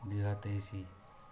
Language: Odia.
ଦୁଇ ହଜାର ତେଇଶି